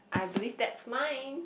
I believe that's mine